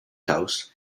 house